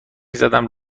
زدم